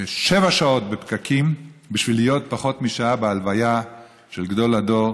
שבע שעות בפקקים בשביל להיות פחות משעה בהלוויה של גדול הדור,